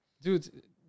Dude